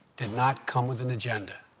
did not come with an agenda.